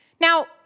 Now